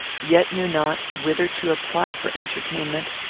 yet knew not whither to apply for entertainment,